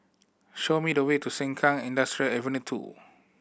show me the way to Sengkang Industrial Ave Two